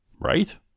right